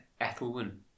Ethelwyn